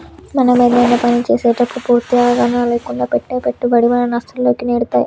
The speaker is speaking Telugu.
మనం ఏదైనా చేసేటప్పుడు పూర్తి అవగాహన లేకుండా పెట్టే పెట్టుబడి మనల్ని నష్టాల్లోకి నెడతాయి